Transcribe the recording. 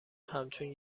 همچون